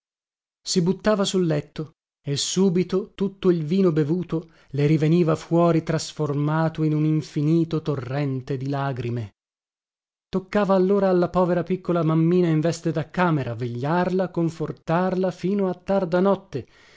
si buttava sul letto e subito tutto il vino bevuto le riveniva fuori trasformato in un infinito torrente di lagrime toccava allora alla povera piccola mammina in veste da camera vegliarla confortarla fino a tarda notte